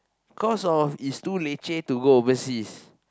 cause of it's too leceh to go overseas